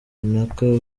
runaka